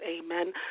amen